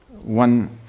one